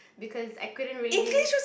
because I couldn't release